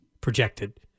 projected